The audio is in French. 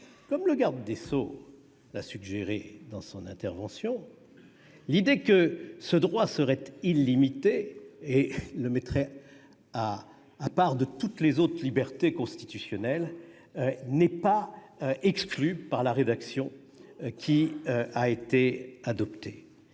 Comme M. le garde des sceaux l'a suggéré dans son intervention, l'idée que ce droit serait illimité, le mettant à part de toutes les autres libertés constitutionnelles, n'est pas exclue par la rédaction adoptée